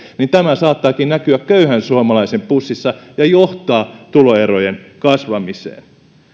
niin tämä saattaakin näkyä köyhän suomalaisen pussissa ja johtaa tuloerojen kasvamiseen